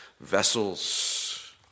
vessels